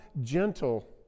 gentle